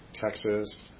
Texas